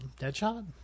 Deadshot